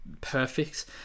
perfect